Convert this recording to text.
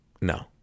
No